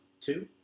two